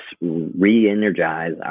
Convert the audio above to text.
re-energize